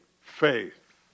faith